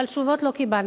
אבל תשובות לא קיבלנו.